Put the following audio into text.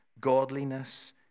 godliness